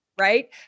Right